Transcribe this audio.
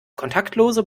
kontaktlose